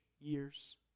years